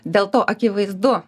dėl to akivaizdu